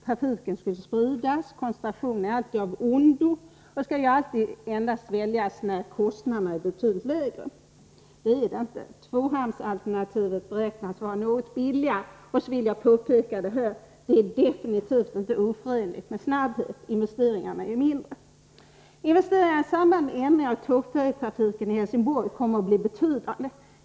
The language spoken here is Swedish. Trafiken skulle spridas. Koncentration är alltid av ondo och skall endast väljas när kostnaderna är betydligt lägre. Det är de inte i detta fall. Tvåhamnsalternativet beräknas vara något billigare och jag vill påpeka att det definitivt inte är oförenligt med snabbhet. Investeringarna är mindre. Investeringarna i samband med ändring av tågfärjetrafiken i Helsingborg kommer att bli betydande.